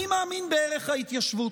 אני מאמין בערך ההתיישבות,